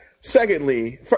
Secondly